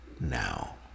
now